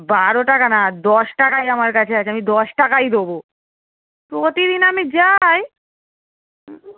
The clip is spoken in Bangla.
বারো টাকা না দশ টাকাই আমার কাছে আছে আমি দশ টাকাই দেবো প্রতিদিন আমি যাই